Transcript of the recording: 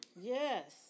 Yes